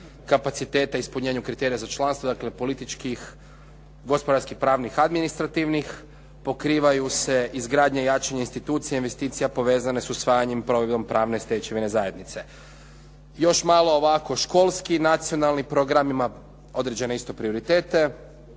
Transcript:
kapaciteta, ispunjenju kriterija za članstvo. Dakle, političkih, gospodarskih, pravnih, administrativnih. Pokrivaju se izgradnja i jačanje institucija i investicija povezane sa usvajanjem i provedbom pravne stečevine zajednice. Još malo ovako školski, nacionalni program ima određene iste prioritete,